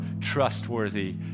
trustworthy